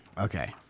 Okay